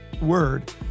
word